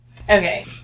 Okay